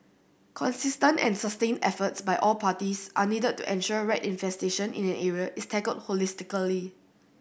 consistent and sustained efforts by all parties are needed to ensure rat infestation in an area is tackled holistically